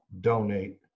donate